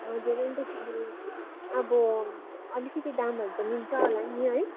हजुर अन्तखेरि अब अलिकति दामहरू त मिल्छ होला नि है